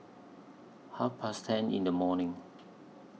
Half Past ten in The morning